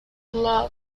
love